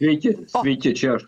sveiki sveiki čia aš